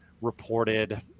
reported